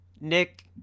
Nick